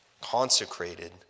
consecrated